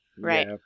right